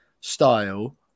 style